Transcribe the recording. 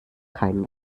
kein